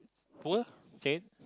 poor said